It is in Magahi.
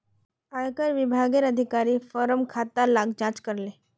आयेकर विभागेर अधिकारी फार्मर खाता लार जांच करले